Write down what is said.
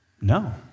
No